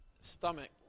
stomach